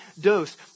dose